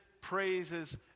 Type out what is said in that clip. praises